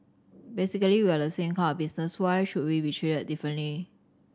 basically we are the same kind of business why should we be treated differently